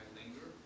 linger